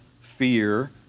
fear